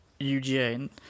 UGA